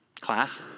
Class